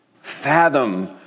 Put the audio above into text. fathom